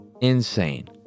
Insane